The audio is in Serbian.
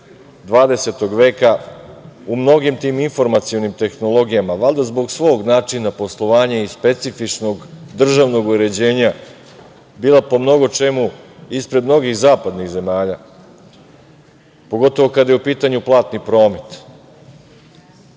20. veka u mnogim tim informacionim tehnologijama, valjda zbog svog načina poslovanja i specifičnog državnog uređenja bila po mnogo čemu ispred mnogih zapadnih zemalja, pogotovo kada je u pitanju platni